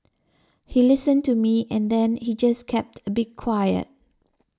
he listened to me and then he just kept a bit quiet